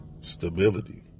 stability